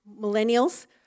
millennials